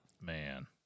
Man